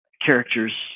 characters